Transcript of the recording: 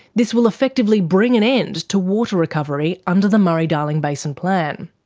this will effectively bring an end to water recovery under the murray-darling basin plan.